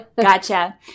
Gotcha